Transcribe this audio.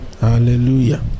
hallelujah